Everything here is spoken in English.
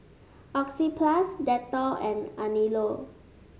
Oxyplus Dettol and Anello